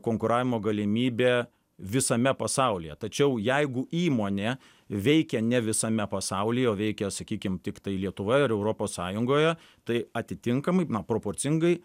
konkuravimo galimybė visame pasaulyje tačiau jeigu įmonė veikia ne visame pasauly o veikia sakykim tiktai lietuvoj ir europos sąjungoje tai atitinkamai proporcingai